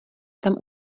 tam